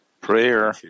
prayer